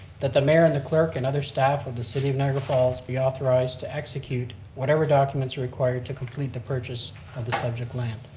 that the mayor, and the clerk, and other staff of the city of niagara falls be authorized to execute whatever documents are required to complete the purchase of the subject land.